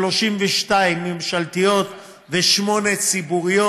32 ממשלתיות ושמונה ציבוריות.